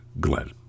Glenn